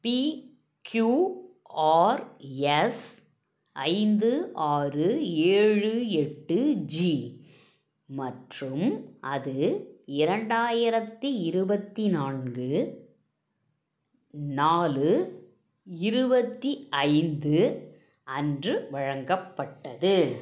B Q R S ஐந்து ஆறு ஏழு எட்டு ஜி மற்றும் அது இரண்டாயிரத்தி இருபத்தி நான்கு நாலு இருபத்தி ஐந்து அன்று வழங்கப்பட்டது